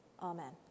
Amen